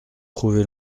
trouvé